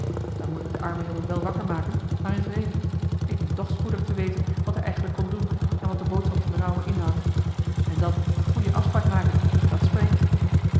dan moet ik den armen jongen wel wakker maken maar in vrede ik dien toch spoedig te weten wat hij eigenlijk komt doen en wat de boodschap van d'n ouwe inhoudt en dan een goeie afspraak maken dat spreekt